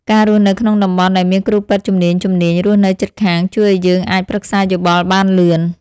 ការរស់នៅក្នុងតំបន់ដែលមានគ្រូពេទ្យជំនាញៗរស់នៅជិតខាងជួយឱ្យយើងអាចប្រឹក្សាយោបល់បានលឿន។